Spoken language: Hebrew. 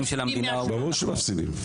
של המדינה הוא --- ברור שהם מפסידים.